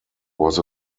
was